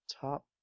Top